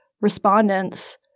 respondents